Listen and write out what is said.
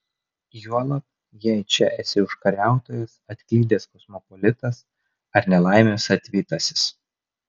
juolab jei čia esi užkariautojas atklydęs kosmopolitas ar nelaimės atvytasis